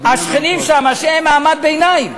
השכנים שם, שהם ממעמד הביניים,